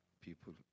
people